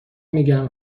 میگم